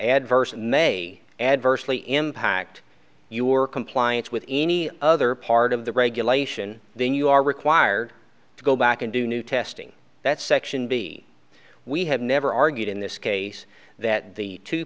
adversely may adversely impact your compliance with any other part of the regulation then you are required to go back and do new testing that section b we have never argued in this case that the two